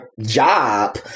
job